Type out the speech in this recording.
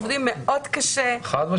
עובדים מאוד קשה -- חד-משמעית.